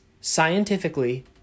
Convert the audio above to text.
scientifically